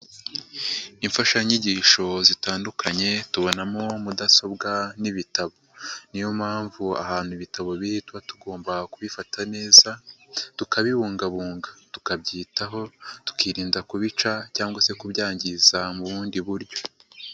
Imfashanyigisho zitandukanye tubonamo mudasobwa n'ibitabo. Niyo mpamvu ahantu ibitabo biri tuaba tugomba kubifata neza tukabibungabunga, tukabyitaho tukirinda kubica cyangwa se kubyangiza mu bundi buryo.